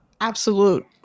absolute